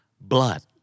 Blood